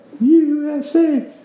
USA